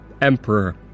emperor